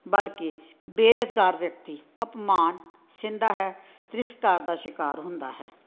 ਬਲਕਿ ਬੇਰੁਜ਼ਗਾਰ ਵਿਅਕਤੀ ਅਪਮਾਨ ਸਹਿੰਦਾ ਹੈ ਤਿਰਸਕਾਰ ਦਾ ਸ਼ਿਕਾਰ ਹੁੰਦਾ ਹੈ